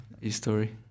history